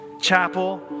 chapel